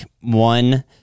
one